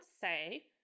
say